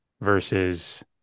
versus –